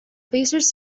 pacers